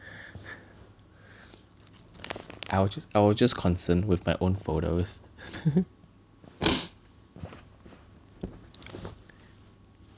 I was just I was just concerned with my own photos